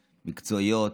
מקצועי,